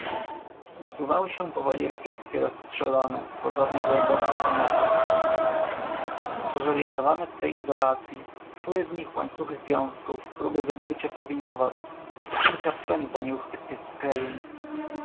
nasuwały się powoli refleksye rozstrzelone pozornie błądzące samopas zdezoryentowane w swej izolacyi szły z nich łańcuchy związków próby wydobycia powinowactw cienka przędza nieuchwytnych